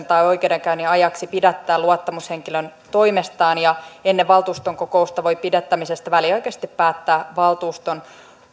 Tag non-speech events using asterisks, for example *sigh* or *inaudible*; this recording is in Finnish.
*unintelligible* tai oikeudenkäynnin ajaksi pidättää luottamushenkilön toimestaan ja ennen valtuuston kokousta voi pidättämisestä väliaikaisesti päättää valtuuston